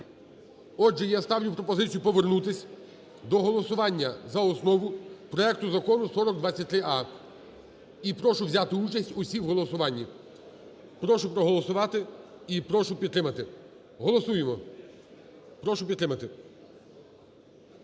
Отже, я ставлю пропозицію повернутись до голосування за основу проекту Закону 4023а і прошу взяти участь усіх в голосуванні. Прошу проголосувати і прошу підтримати. Голосуємо. Прошу підтримати.